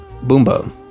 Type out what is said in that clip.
Boombo